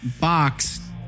box